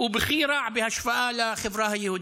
הוא בכי רע בהשוואה לחברה היהודית.